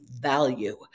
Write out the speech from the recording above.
value